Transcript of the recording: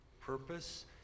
purpose